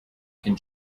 can